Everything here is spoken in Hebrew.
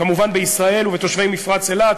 כמובן בישראל ובתושבי מפרץ אילת,